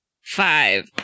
Five